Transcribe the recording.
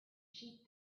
sheep